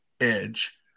edge